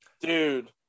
Dude